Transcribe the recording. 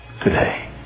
Today